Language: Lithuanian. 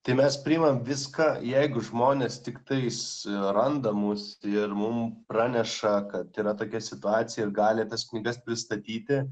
tai mes priimam viską jeigu žmonės tiktais randa mus ir mum praneša kad yra tokia situacija ir gali tas knygas pristatyti